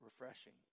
refreshing